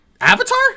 Avatar